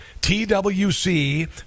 Twc